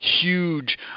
huge